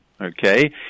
okay